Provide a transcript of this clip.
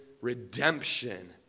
redemption